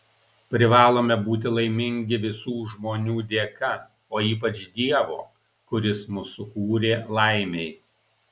privalome būti laimingi visų žmonių dėka o ypač dievo kuris mus sukūrė laimei